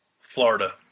Florida